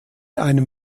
einem